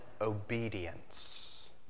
obedience